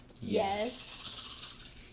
Yes